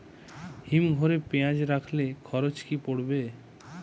হিম ঘরে পেঁয়াজ রাখলে খরচ কি পড়বে?